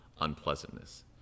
unpleasantness